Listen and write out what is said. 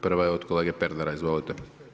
Prva je od kolege Pernara, izvolite.